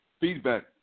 feedback